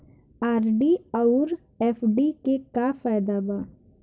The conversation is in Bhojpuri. आर.डी आउर एफ.डी के का फायदा बा?